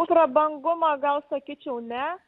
prabangumo gal sakyčiau ne